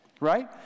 right